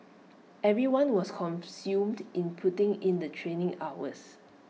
everyone was consumed in putting in the training hours